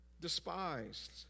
despised